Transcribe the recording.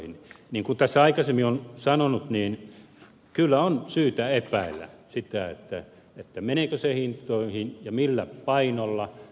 niin kuin tässä aikaisemmin olen sanonut niin kyllä on syytä epäillä sitä meneekö se hintoihin ja millä painolla